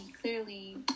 clearly